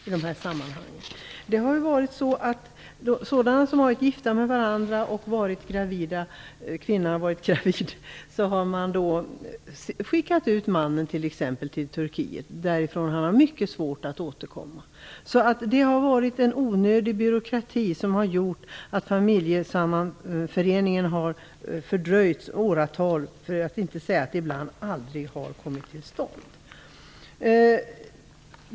I fall med par som har varit gifta med varandra och där kvinnan har varit gravid har mannen skickats tillbaka till t.ex. Turkiet. Han har haft mycket svårt att återkomma därifrån. Det har funnits en onödig byråkrati som har gjort att förenandet av familjer har fördröjts i åratal och ibland aldrig kommit till stånd.